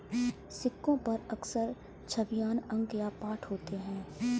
सिक्कों पर अक्सर छवियां अंक या पाठ होते हैं